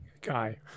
guy